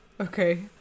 okay